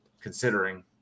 considering